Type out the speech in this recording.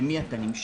לאדם למי הוא נמשך,